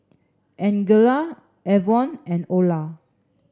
Angella Avon and Olar